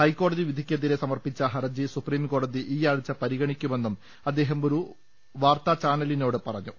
ഹൈക്കോടതി വിധിയ്ക്കെതിരെ സമർപ്പിച്ച ഹർജി സുപ്രീംകോടതി ഇൌയാഴ്ച പരിഗണിക്കുമെന്നും അദ്ദേഹം ഒരു വാർത്താചാനലിനോട് പറഞ്ഞു